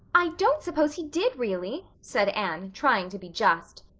i don't suppose he did, really, said anne, trying to be just.